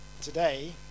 Today